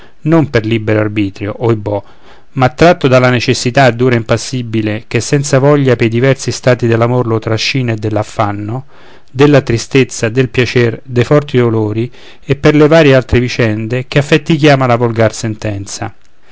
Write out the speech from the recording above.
non per libero arbitrio ohibò ma tratto dalla necessità dura e impassibile che senza voglia pei diversi stati dell'amor lo trascina e dell'affanno della tristezza del piacer dei forti dolori e per le varie altre vicende che affetti chiama la volgar sentenza